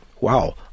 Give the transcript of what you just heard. wow